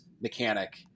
mechanic